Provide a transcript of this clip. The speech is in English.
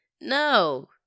No